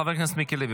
חבר הכנסת מיקי לוי,